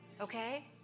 Okay